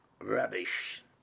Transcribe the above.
Rubbish